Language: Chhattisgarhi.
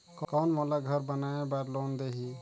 कौन मोला घर बनाय बार लोन देही?